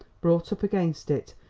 brought up against it,